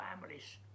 families